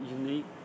unique